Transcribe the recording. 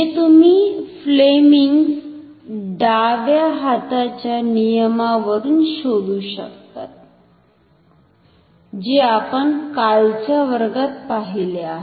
जे तुम्ही फ्लेमिंग्जFleming's डाव्या हाताच्या नियमावरून शोधु शकतात जे आपण कालच्या वर्गात पाहिले आहे